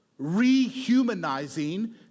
Rehumanizing